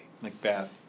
Macbeth